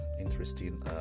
interesting